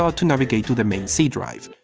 ah to navigate to the main c driver.